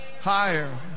higher